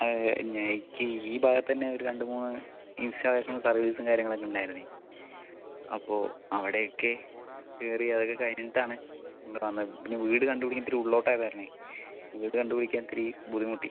അത് ഞാൻ എനിക്ക് ഈ ഭാഗത്തെന്നെ ഒര് രണ്ട് മൂന്ന് ഇൻസ്റ്റാളേഷൻ സർവീസും കാര്യങ്ങളൊക്കെ ഉണ്ടായിരുന്നേ അപ്പോൾ അവിടെ ഒക്കെ കയറി അത് ഒക്കെ കഴിഞ്ഞിട്ട് ആണ് നമ്മള് വന്നത് പിന്നെ വീട് കണ്ട് പിടിക്കാൻ ഇത്തിരി ഉള്ളോട്ട് ആയത് കാരണം വീട് കണ്ട് പിടിക്കാൻ ഇത്തിരി ബുദ്ധിമുട്ടി